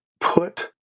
put